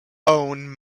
own